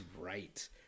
right